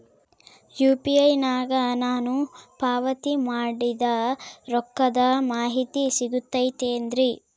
UPI ನಾಗ ನಾನು ಪಾವತಿ ಮಾಡಿದ ರೊಕ್ಕದ ಮಾಹಿತಿ ಸಿಗುತೈತೇನ್ರಿ?